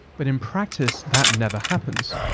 but in practice that never happens.